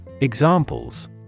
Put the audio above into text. Examples